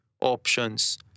options